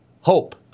hope